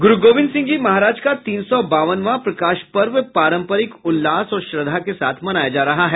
गुरू गोविंद सिंह जी महाराज का तीन सौ बावनवां प्रकाश पर्व पारंपरिक उल्लास और श्रद्धा के साथ मनाया जा रहा है